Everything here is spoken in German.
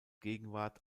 gegenwart